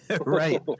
Right